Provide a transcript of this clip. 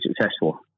successful